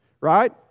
right